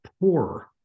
poor